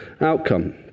outcome